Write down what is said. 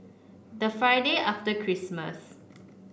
the Friday after Christmas